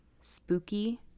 spooky